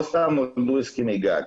לא סתם היו הסכמי גג.